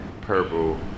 purple